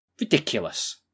Ridiculous